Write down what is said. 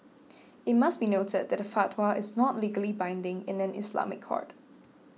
it must be noted that a fatwa is not legally binding in an Islamic court